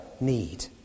need